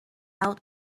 out